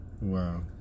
Wow